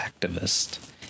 activist